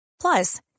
Plus